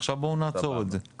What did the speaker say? עכשיו בואו נסיים את זה.